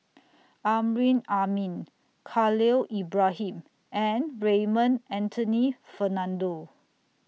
Amrin Amin Khalil Ibrahim and Raymond Anthony Fernando